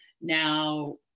now